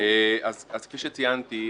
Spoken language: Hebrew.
אז כפי שציינתי,